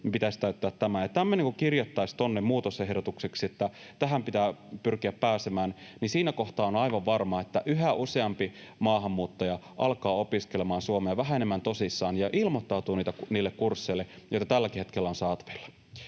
pitäisi täyttää tämä vaatimus. Ja kun tämmöinen kirjattaisiin tuonne muutosehdotukseksi, että tähän pitää pyrkiä pääsemään, siinä kohtaa on aivan varmaa, että yhä useampi maahanmuuttaja alkaa opiskelemaan suomea vähän enemmän tosissaan ja ilmoittautuu niille kursseille, joita tälläkin hetkellä on saatavilla.